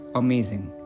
amazing